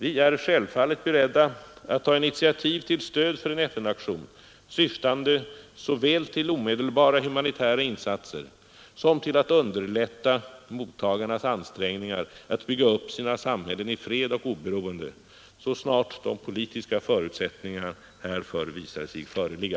Vi är självfallet beredda att ta initiativ till stöd för en FN-aktion syftande såväl till omedelbara humanitära insatser som till att underlätta mottagarnas ansträngningar att bygga upp sina samhällen i fred och oberoende så snart de politiska förutsättningarna härför visar sig föreligga.